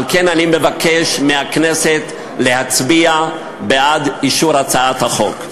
על כן אני מבקש מהכנסת להצביע בעד אישור הצעת החוק.